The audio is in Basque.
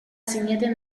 zineten